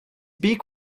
beak